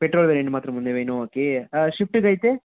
petrol variant మాత్రమే ఉందా ఇన్నోవాకి స్విఫ్ట్కైతే